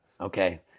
Okay